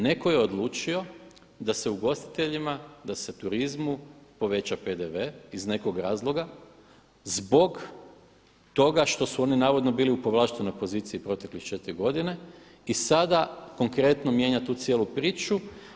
Netko je odlučio da se ugostiteljima, da se turizmu poveća PDV iz nekog razloga zbog toga što su oni navodno bili u povlaštenoj poziciji proteklih 4 godine i sada konkretno mijenja tu cijelu priču.